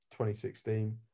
2016